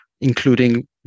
including